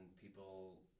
people